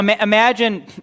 imagine